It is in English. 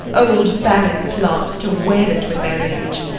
old barren plants, to wail it with their age.